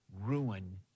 ruin